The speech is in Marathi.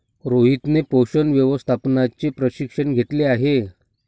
रोहितने पोषण व्यवस्थापनाचे प्रशिक्षण घेतले आहे